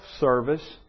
service